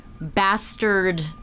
bastard